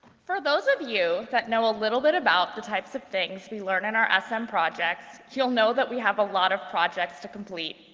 for those of you that know a little bit about the types of things we learned in our sm um projects, you'll know that we have a lot of projects to complete,